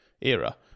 era